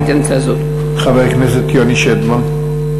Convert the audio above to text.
חבר הכנסת יוני שטבון.